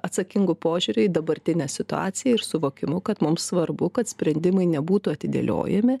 atsakingu požiūriu į dabartinę situaciją ir suvokimu kad mums svarbu kad sprendimai nebūtų atidėliojami